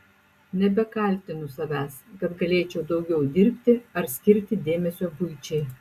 nebekaltinu savęs kad galėčiau daugiau dirbti ar skirti dėmesio buičiai